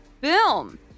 Boom